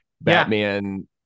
Batman